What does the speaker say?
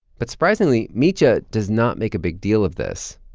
but surprisingly, mitya does not make a big deal of this.